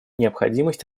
необходимость